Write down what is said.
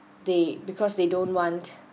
they because they don't want